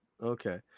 Okay